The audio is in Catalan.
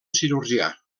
cirurgià